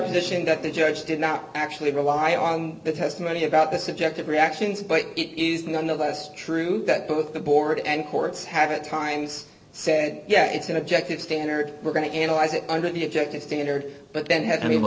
position that the judge did not actually rely on the testimony about the subjective reactions but it is none of us true that both the board and courts have at times said yeah it's an objective standard we're going to analyze it under the objective standard but then ha